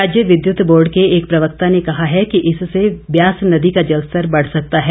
राज्य विद्युत बोर्ड के एक प्रवक्ता ने कहा है कि इससे ब्यास नदी का जलस्तर बढ़ सकता है